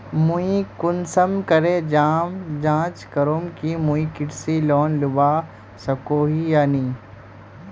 मुई कुंसम करे जाँच करूम की मुई कृषि लोन लुबा सकोहो ही या नी?